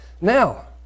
Now